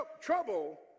trouble